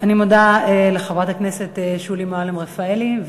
אני מודה לחברת הכנסת שולי מועלם-רפאלי.